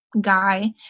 guy